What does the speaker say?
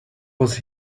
was